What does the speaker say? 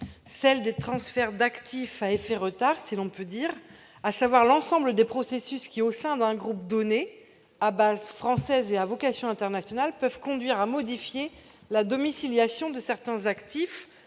celle des transferts d'actifs à effet retard, si l'on peut dire, à savoir l'ensemble des processus qui, au sein d'un groupe donné à base française et à vocation internationale, peuvent conduire à modifier la domiciliation de certains actifs,